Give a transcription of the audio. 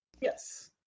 Yes